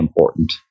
important